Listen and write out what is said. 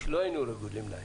שלא היינו רגילים להם.